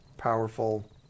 powerful